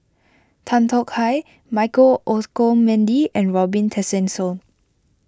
Tan Tong Hye Michael Olcomendy and Robin Tessensohn